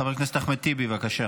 חבר הכנסת אחמד טיבי, בבקשה.